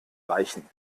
reichen